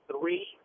three